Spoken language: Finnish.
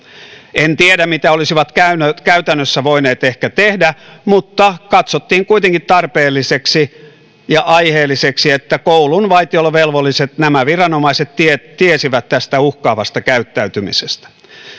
en tiedä mitä olisivat käytännössä voineet ehkä tehdä mutta katsottiin kuitenkin tarpeelliseksi ja aiheelliseksi että nämä koulun vaitiolovelvolliset viranomaiset tiesivät tästä uhkaavasta käyttäytymisestä